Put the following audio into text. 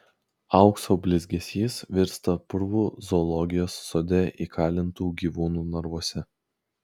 aukso blizgesys virsta purvu zoologijos sode įkalintų gyvūnų narvuose